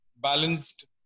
balanced